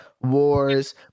wars